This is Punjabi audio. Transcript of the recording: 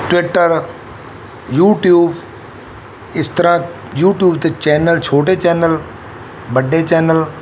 ਟਵਿੱਟਰ ਯੂਟਿਊਬ ਇਸ ਤਰ੍ਹਾਂ ਯੂਟਿਊਬ 'ਤੇ ਚੈਨਲ ਛੋਟੇ ਚੈਨਲ ਵੱਡੇ ਚੈਨਲ